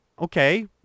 okay